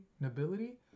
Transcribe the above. nobility